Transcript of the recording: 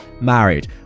married